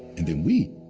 and then we,